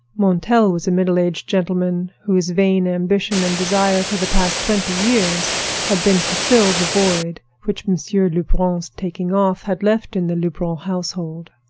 montel was a middle-aged gentleman whose vain ambition and desire for the past twenty years had been to fill the void which monsieur lebrun's taking off had left in the lebrun household.